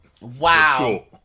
Wow